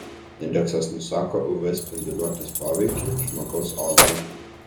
indeksas nusako uv spinduliuotės poveikį žmogaus odai